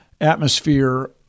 atmosphere